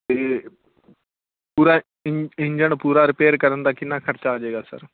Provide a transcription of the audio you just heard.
ਅਤੇ ਪੂਰਾ ਇੰ ਇੰਜਣ ਪੂਰਾ ਰਿਪੇਅਰ ਕਰਨ ਦਾ ਕਿੰਨਾ ਖਰਚਾ ਆ ਜੇਗਾ ਸਰ